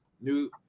new